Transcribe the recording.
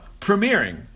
premiering